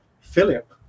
Philip